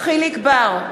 חיליק בר,